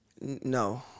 No